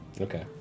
Okay